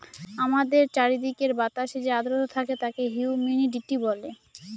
আমাদের চারিদিকের বাতাসে যে আদ্রতা থাকে তাকে হিউমিডিটি বলে